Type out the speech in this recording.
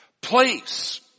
place